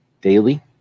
daily